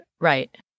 Right